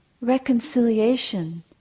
reconciliation